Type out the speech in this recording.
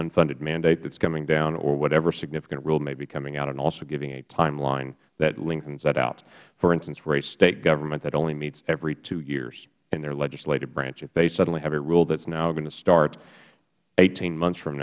unfunded mandate that is coming down or whatever significant rule may be coming out and also giving a time line that lengthens that out for instance where a state government that only meets every two years in their legislative branch if they suddenly have a rule that is now going to start eighteen months from